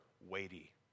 weighty